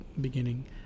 beginning